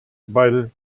weil